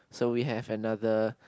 so we have another